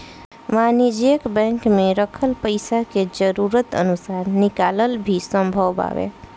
वाणिज्यिक बैंक में रखल पइसा के जरूरत अनुसार निकालल भी संभव बावे